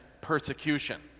persecution